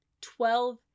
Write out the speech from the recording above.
twelve